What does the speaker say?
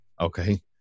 Okay